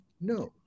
No